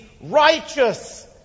Righteous